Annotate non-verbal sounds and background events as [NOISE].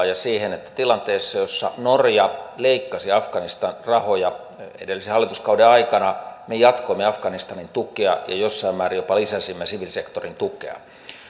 [UNINTELLIGIBLE] ja siihen että tilanteessa jossa norja leikkasi afganistan rahoja edellisen hallituskauden aikana me jatkoimme afganistanin tukea ja jossain määrin jopa lisäsimme siviilisektorin tukea